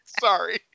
sorry